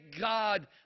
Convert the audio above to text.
God